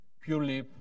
purely